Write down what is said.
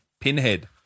pinhead